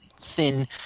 thin